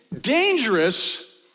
dangerous